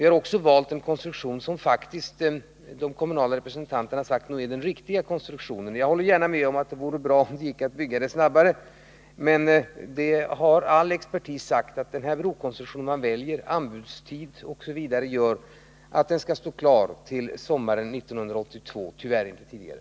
Vi har också valt en konstruktion som de kommunala representanterna har sagt nog är den riktiga — jag håller gärna med om att det vore bra om det gick att bygga bron snabbare, men all expertis har sagt att brokonstruktion, anbudstid, osv., gör att bron kan stå klar sommaren 1982, tyvärr inte tidigare.